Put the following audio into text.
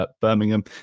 Birmingham